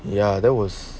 ya that was